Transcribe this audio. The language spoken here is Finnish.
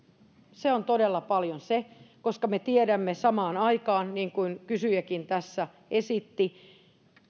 se on todella paljon koska me tiedämme samaan aikaan niin kuin kysyjäkin tässä esitti että